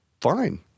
Fine